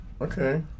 Okay